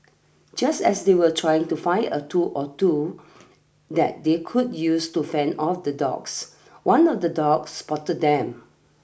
just as they were trying to find a tool or two that they could use to fend off the dogs one of the dogs spotted them